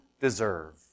deserve